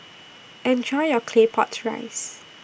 Enjoy your Claypot Rice